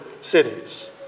cities